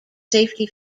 safety